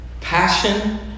Passion